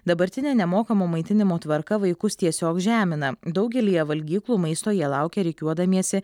dabartinė nemokamo maitinimo tvarka vaikus tiesiog žemina daugelyje valgyklų maisto jie laukia rikiuodamiesi